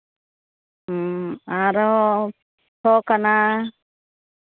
ᱟᱨᱚ ᱥᱚ ᱠᱟᱱᱟ